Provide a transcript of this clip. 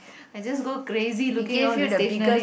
I just go crazy looking at all the stationery